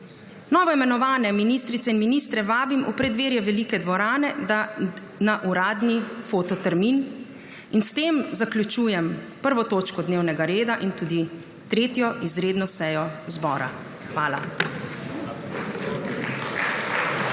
Novoimenovane ministrice in ministre vabim v preddverje velike dvorane na uradni fototermin. S tem zaključujem 1. točko dnevnega reda in tudi 3. izredno sejo zbora. Hvala.